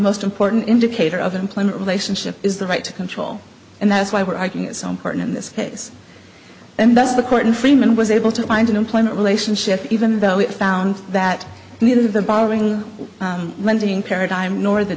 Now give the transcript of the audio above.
most important indicator of employment relationship is the right to control and that's why we're writing is so important in this case and that's the court and freeman was able to find an employment relationship even though it found that neither the borrowing lending paradigm nor the